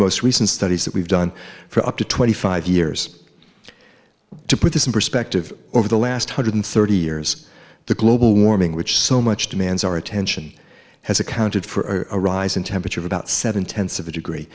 most recent studies that we've done for up to twenty five years to put this in perspective over the last hundred thirty years the global warming which so much demands our attention has accounted for a rise in temperature of about seven tenths of a degree